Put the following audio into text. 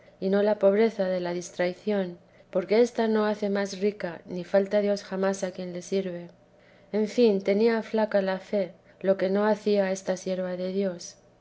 y no la pobreza de la distracción porque ésta no hace más ricas ni falta dios jamás a quien le sirve en fin tenía flaca la fe lo que no hacía esta sierva de dios